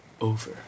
over